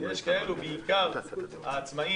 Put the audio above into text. יש כאלו, בעיקר העצמאים